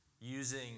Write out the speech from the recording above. using